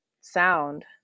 sound